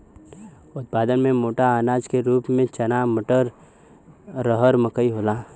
उत्पादन में मोटा अनाज के रूप में चना मटर, रहर मकई होला